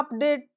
update